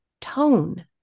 tone